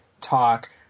talk